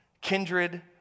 kindred